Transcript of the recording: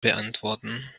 beantworten